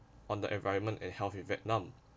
on the environment and health in vietnam